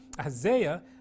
Isaiah